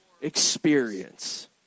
experience